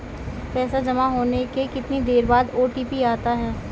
पैसा जमा होने के कितनी देर बाद ओ.टी.पी आता है?